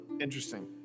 Interesting